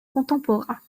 contemporain